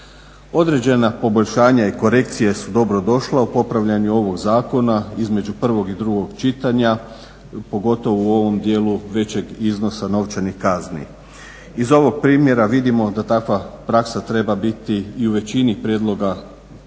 Određena poboljšanja i korekcije su dobrodošla u popravljanju ovog zakona između prvog i drugog čitanja, pogotovo u ovom dijelu većeg iznosa novčanih kazni. Iz ovog primjera vidimo da takva praksa treba biti i u većini prijedloga zakona